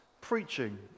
preaching